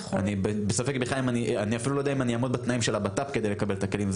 אני אפילו לא יודע אם אני אעמוד בתנאים של הבט"פ כדי לקבל את הכלים.